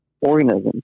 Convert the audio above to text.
organisms